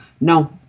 No